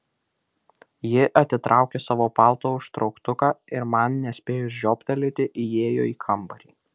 ji atitraukė savo palto užtrauktuką ir man nespėjus žiobtelėti įėjo į kambarį